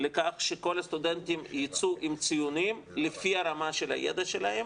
לכך שכל הסטודנטים ייצאו עם ציונים לפי רמת הידע שלהם